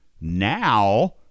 now